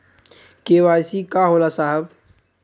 KYC का होला साहब?